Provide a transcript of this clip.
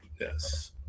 Yes